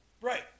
Right